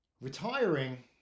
Retiring